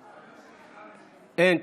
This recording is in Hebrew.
אין.